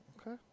Okay